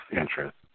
interest